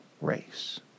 race